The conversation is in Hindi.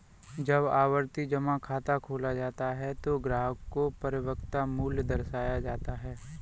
जब आवर्ती जमा खाता खोला जाता है तो ग्राहक को परिपक्वता मूल्य दर्शाया जाता है